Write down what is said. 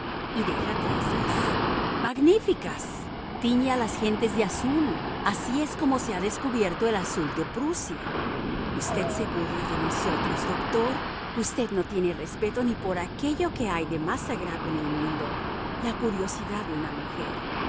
y deja trazas magníficas tiñe a las gentes de azul así es cómo se ha descubierto el azul de prusia usted se burla de nosotros doctor usted no tiene respeto ni por aquello que hay de más sagrado en el mundo la curiosidad de una mujer